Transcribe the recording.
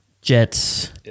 Jets